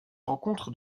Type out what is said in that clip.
rencontre